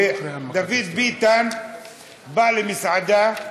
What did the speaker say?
שדוד ביטן בא למסעדה.